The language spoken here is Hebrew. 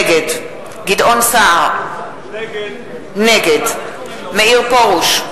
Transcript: נגד גדעון סער, נגד מאיר פרוש,